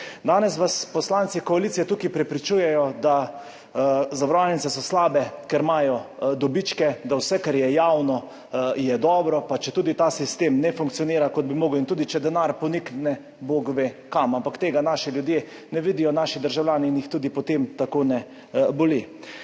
Danes vas poslanci koalicije tukaj prepričujejo, da so zavarovalnice slabe, ker imajo dobičke, da je vse, kar je javno, dobro, pa četudi ta sistem ne funkcionira, kot bi moral, in tudi če denar ponikne bog ve kam. Ampak tega naši ljudje ne vidijo, naši državljani, in jih tudi potem tako ne boli.